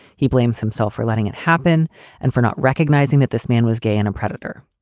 he blames himself for letting it happen and for not recognizing that this man was gay and a predator.